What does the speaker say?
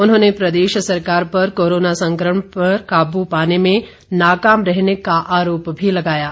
उन्होंने प्रदेश सरकार पर कोरोना संक्रमण पर काबू पाने में नाकाम रहने का आरोप भी लगाया है